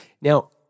Now